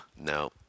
No